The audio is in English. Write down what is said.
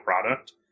product